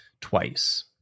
twice